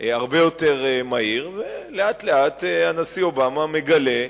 הרבה יותר מהיר, ולאט-לאט הנשיא אובמה מגלה,